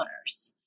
owners